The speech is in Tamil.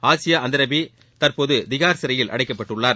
ஆசியா அந்தரபின் தற்போது திஹார் சிறையில் அடைக்கப்பட்டுள்ளார்